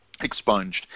expunged